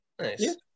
nice